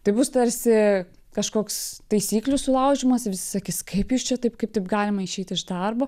tai bus tarsi kažkoks taisyklių sulaužymas visi sakys kaip jūs čia taip kaip taip galima išeit iš darbo